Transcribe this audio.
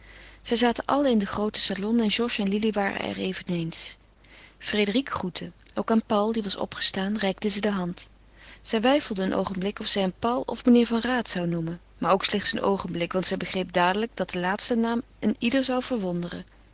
zij zaten allen in den grooten salon en georges en lili waren er eveneens frédérique groette ook aan paul die was opgestaan reikte ze de hand zij weifelde een oogenblik of zij hem paul of meneer van raat zou noemen maar ook slechts een oogenblik want zij begreep dadelijk dat de laatste naam een ieder zou verwonderen